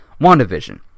WandaVision